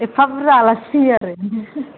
एफ्फा बुरजा आलासि फैयो आरो